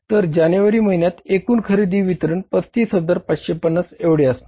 तर जानेवारी महिन्यात एकूण खरेदी वितरण 35550 एवढे असणार